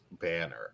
banner